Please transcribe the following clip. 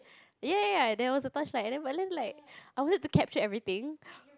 ya ya ya that was a torch light and then but then like I wanted to capture everything